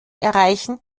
erreichen